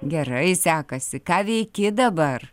gerai sekasi ką veiki dabar